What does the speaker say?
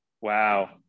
Wow